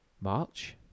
March